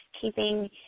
Keeping